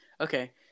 Okay